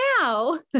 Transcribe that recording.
now